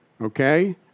Okay